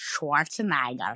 Schwarzenegger